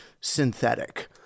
synthetic